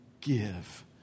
give